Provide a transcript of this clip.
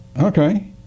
Okay